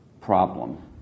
problem